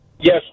Yes